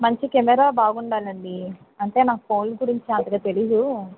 మంచి కెమెరా బాగుండాలండి అంటే నాకు ఫోన్ గురించి అంతగా తెలియదు